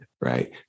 Right